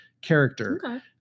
character